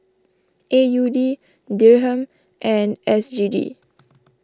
A U D Dirham and S G D